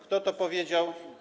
Kto to powiedział?